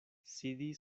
sidi